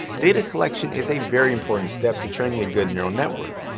data collection is a very important step to training a good neural network!